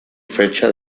fecha